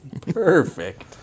Perfect